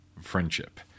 friendship